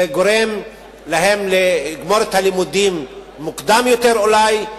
זה גורם להם אולי לגמור מוקדם יותר את הלימודים,